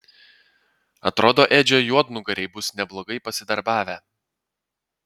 atrodo edžio juodnugariai bus neblogai pasidarbavę